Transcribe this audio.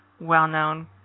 well-known